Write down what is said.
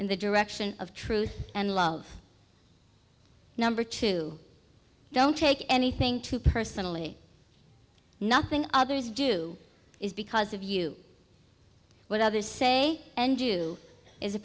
in the direction of truth and love number two don't take anything too personally nothing others do is because of you what others say and do is a